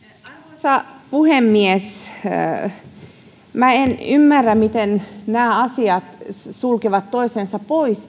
arvoisa puhemies minä en ymmärrä miten nämä asiat ikään kuin sulkevat toisensa pois